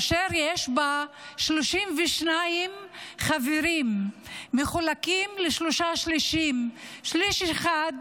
אשר יש בה 32 חברים מחולקים לשלושה שלישים: שליש אחד,